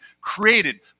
Created